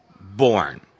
born